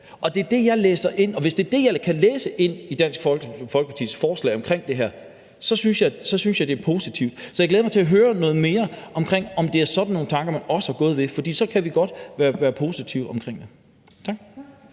og det er det, jeg læser ind i forslaget. Og hvis det er det, jeg kan læse ind i Dansk Folkepartis forslag om det her, synes jeg, at det er positivt. Så jeg glæder mig til at høre noget mere om, om det er sådan nogle tanker, man også har gået med, for så kan vi godt være positive omkring det. Tak.